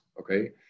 Okay